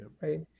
right